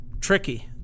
tricky